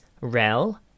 Rel